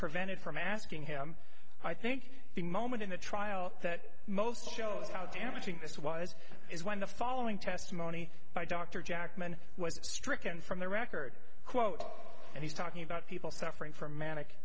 prevented from asking him i think the moment in the trial that most shows how damaging this was is when the following testimony by dr jackman was stricken from the record quote and he's talking about people suffering from manic